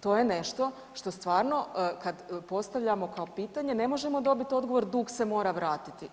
To je nešto što stvarno, kad postavljamo kao pitanje, ne možemo dobiti odgovor „dug se mora vratiti“